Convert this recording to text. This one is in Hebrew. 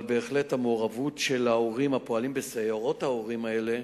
בהחלט המעורבות של ההורים הפועלים בסיירות ההורים האלה,